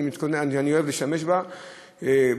שאני אוהב להשתמש בה,